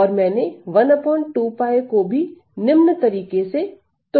और मैंने 12π को भी निम्न तरीके से तोड़ दिया है